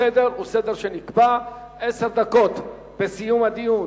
הסדר הוא סדר שנקבע, עשר דקות בסיום הדיון